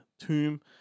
Tomb